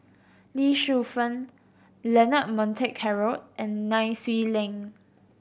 Lee Shu Fen Leonard Montague Harrod and Nai Swee Leng